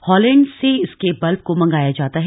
Holland से इसके bulb को मंगाया जाता है